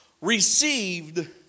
received